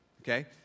okay